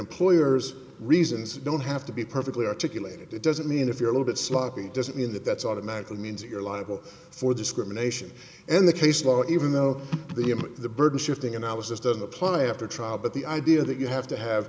employer's reasons don't have to be perfectly articulated it doesn't mean if you're a little bit sloppy doesn't mean that that's automatically means you're liable for discrimination in the case law even though the i'm the burden shifting and i was just on the play after trial but the idea that you have to have